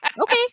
Okay